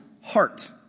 heart